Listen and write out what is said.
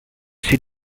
sit